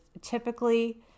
Typically